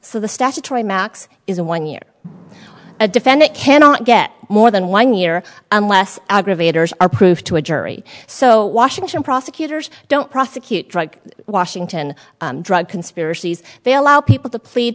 so the statutory max is a one year a defendant cannot get more than one year unless aggravators are proof to a jury so washington prosecutors don't prosecute drug washington drug conspiracies they allow people to plead